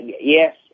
Yes